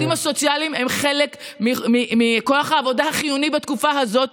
העובדים הסוציאליים הם חלק מכוח העבודה החיוני בתקופה הזאת,